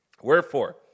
Wherefore